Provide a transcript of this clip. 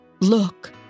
look